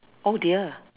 oh dear